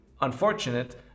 unfortunate